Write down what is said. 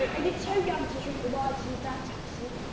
it's so young to drink the whitey's dad taxi